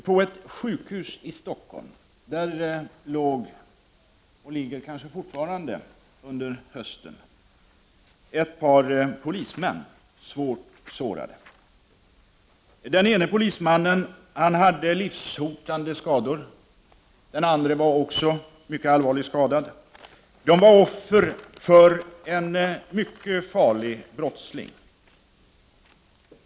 På ett sjukhus i Stockholm låg, och ligger kanske fortfarande, under hösten ett par polismän svårt sårade. Den ene polismannen hade livshotande skador. Den andre var också mycket allvarligt skadad. De var offer för en mycket farlig brottsling.